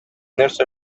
нәрсә